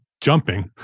jumping